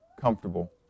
comfortable